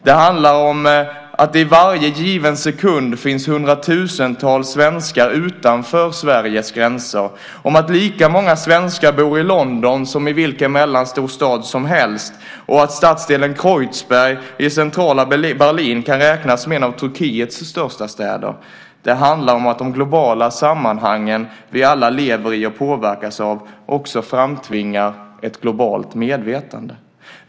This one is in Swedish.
Det handlar om att det i varje given sekund finns hundratusentals svenskar utanför Sveriges gränser, om att lika många svenskar bor i London som i vilken mellanstor stad som helst och att stadsdelen Kreuzberg i centrala Berlin kan räknas som en av Turkiets största städer. Det handlar om att de globala sammanhang vi alla lever i och påverkas av framtvingar ett globalt medvetande.